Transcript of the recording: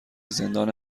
زندان